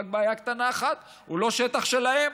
רק בעיה קטנה אחת: הוא לא שטח שלהם.